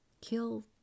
kill